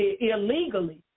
illegally